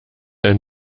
ein